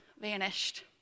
vanished